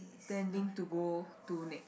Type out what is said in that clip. ~tending to go to next